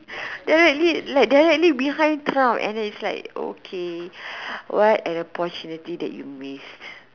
directly like behind Trump and I'm like okay what an opportunity that you missed